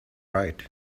right